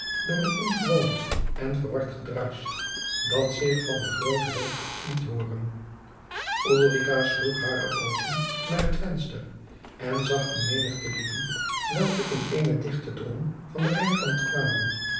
door een ongewoon en verward gedruis dat zich van den grooten weg liet hooren ulrica sloeg hare oogen naar het venster en zag eene menigte lieden welke in eenen dichten drom van den rijnkant kwamen